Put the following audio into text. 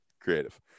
Creative